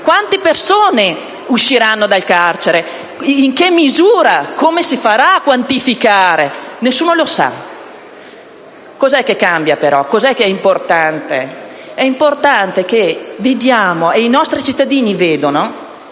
Quante persone usciranno dal carcere con questo decreto? In che misura? Come si farà a quantificare? Nessuno lo sa. Cos'è che cambia, però? Cos'è che è importante? È importante che i nostri cittadini vedano